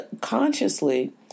consciously